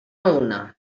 una